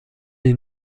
est